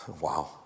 Wow